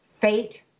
fate